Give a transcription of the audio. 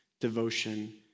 devotion